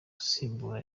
usimbura